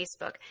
Facebook